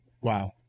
Wow